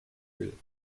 will